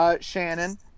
Shannon